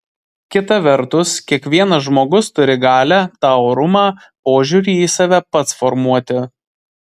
kita vertus kiekvienas žmogus turi galią tą orumą požiūrį į save pats formuoti